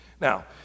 Now